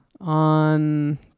on